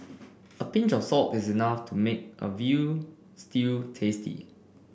a pinch of salt is enough to make a veal stew tasty